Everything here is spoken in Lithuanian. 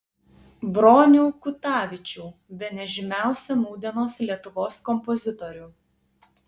bronių kutavičių bene žymiausią nūdienos lietuvos kompozitorių